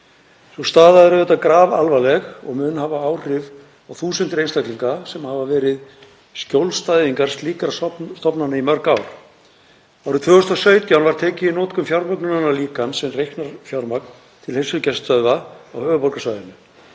Sú staða er auðvitað grafalvarleg og mun hafa áhrif á þúsundir einstaklinga sem hafa verið skjólstæðingar slíkra stofnana í mörg ár. Árið 2017 var tekið í notkun fjármögnunarlíkan sem reiknar fjármagn til heilsugæslustöðva á höfuðborgarsvæðinu.